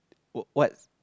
w~ what